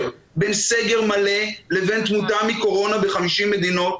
בין סגר מלא לבין תמותה מקורונה ב-50 מדינות,